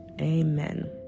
Amen